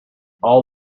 all